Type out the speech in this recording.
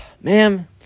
ma'am